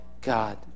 God